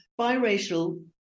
biracial